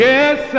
Yes